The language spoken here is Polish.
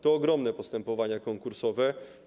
To ogromne postępowania konkursowe.